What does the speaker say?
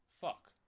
fuck